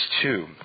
two